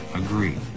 agree